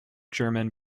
german